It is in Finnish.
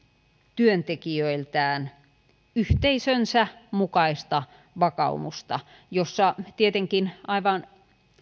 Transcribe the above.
työntekijöiltään yhteisönsä mukaista vakaumusta jossa tietenkin aivan